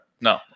No